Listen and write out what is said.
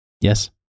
Yes